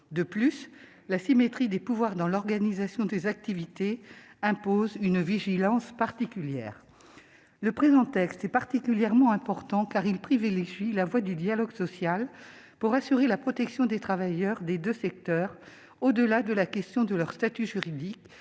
De plus, l'asymétrie des pouvoirs dans l'organisation des activités impose une vigilance particulière. Le présent texte est particulièrement important, car il privilégie la voie du dialogue social pour assurer la protection des travailleurs des deux secteurs, au-delà de la question de leur statut juridique,